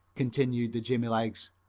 continued the jimmy-legs,